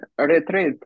retreat